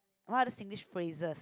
what other Singlish phrases